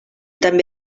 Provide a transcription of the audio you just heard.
també